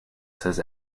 says